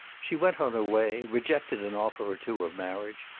she went on her way, rejected an offer or two of marriage,